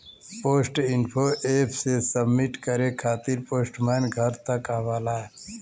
post info app से submit करे खातिर पोस्टमैन घर तक आवला